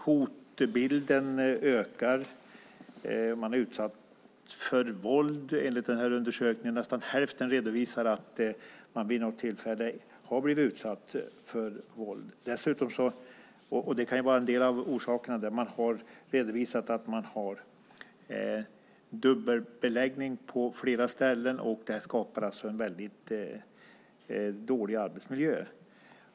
Hotbilden ökar. Man är utsatt för våld, enligt undersökningen. Hälften redovisar att man vid något tillfälle har blivit utsatt för våld. En orsak kan ju vara att det är dubbel beläggning på flera ställen, som har redovisats. Det skapar en väldigt dålig arbetsmiljö.